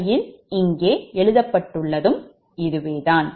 உண்மையில் இங்கே எழுதப்பட்டதும் இதுதான்